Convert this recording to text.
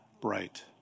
bright